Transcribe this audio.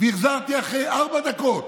חבר כנסת והחזרתי אחרי ארבע דקות,